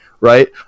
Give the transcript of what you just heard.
Right